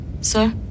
Sir